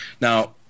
Now